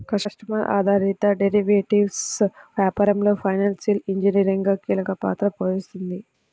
customer ఆధారిత derivatives వ్యాపారంలో financial engineering కీలక పాత్ర పోషిస్తుంది